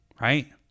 right